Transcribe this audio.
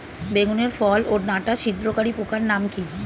বেগুনের ফল ওর ডাটা ছিদ্রকারী পোকার নাম কি?